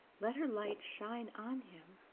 let her light shine on him,